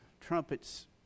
trumpets